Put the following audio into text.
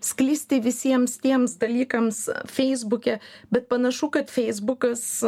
sklisti visiems tiems dalykams feisbuke bet panašu kad feisbukas